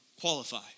qualify